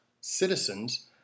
citizens